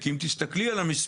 כי אם תסתכלי על המספרים,